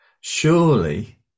surely